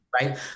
Right